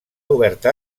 oberta